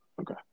Okay